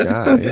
Guy